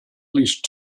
least